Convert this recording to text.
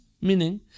Meaning